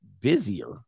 busier